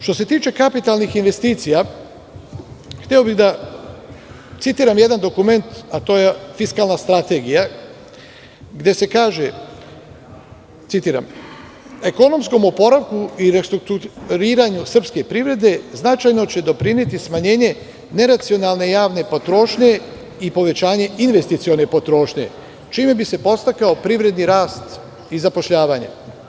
Što se tiče kapitalnih investicija hteo bih da citiram jedan dokumenta, a to je Fiskalna strategija gde se kaže citiram – „ekonomskom oporavku i restrukturiranju srpske privrede značajno će doprineti smanjenje neracionalne javne potrošnje i povećanje investicione potrošnje, čime bi se podstakao privredni rast i zapošljavanje“